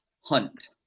Hunt